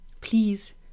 Please